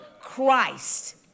Christ